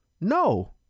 No